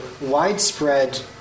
widespread